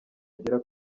agera